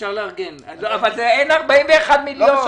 אפשר לארגן אבל אין 41 מיליון.